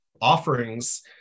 Offerings